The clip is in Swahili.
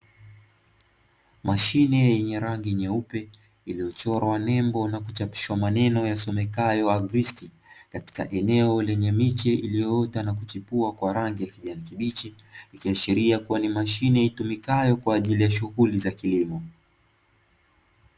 Mashine ya rangi nyeupe iliyochorwa nembo na kuchapishwa maneno yasomekayo "AGRIST", katika eneo lenye miche iliyoota na kuchipua kwa rangi ya kijani kibichi. Ikiashiria kuwa ni mashine itumikayo kwa ajili ya shughuli za kilimo.